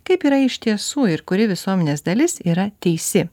kaip yra iš tiesų ir kuri visuomenės dalis yra teisi